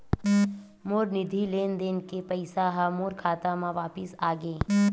मोर निधि लेन देन के पैसा हा मोर खाता मा वापिस आ गे